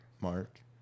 Mark